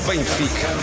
Benfica